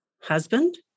husband